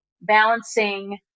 balancing